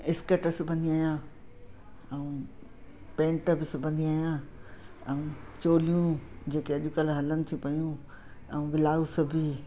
skirt सिबदी आहियां ऐं पेंट बि सुभंदी आहियां ऐं चोलियूं जेके अॼकल्ह हलनि थियूं पियूं ऐं ब्लाउज बि